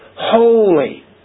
holy